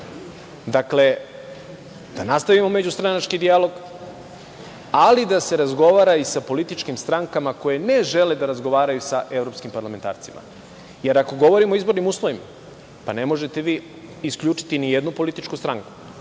koloseka, da nastavimo međustranački dijalog, ali da se razgovara i sa političkim strankama koje ne žele da razgovaraju sa evropskim parlamentarcima. Ako govorimo o izbornim uslovima, ne možete vi isključiti ni jednu političku stranku,